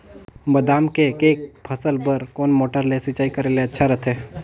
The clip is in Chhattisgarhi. बादाम के के फसल बार कोन मोटर ले सिंचाई करे ले अच्छा रथे?